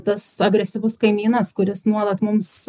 tas agresyvus kaimynas kuris nuolat mums